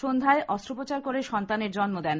সন্ধ্যায় অস্ত্রপচার করে সন্তানের জন্ম দেন